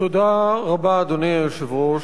תודה רבה, אדוני היושב-ראש.